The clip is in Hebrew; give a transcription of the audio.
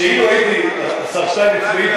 השר שטייניץ,